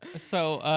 so,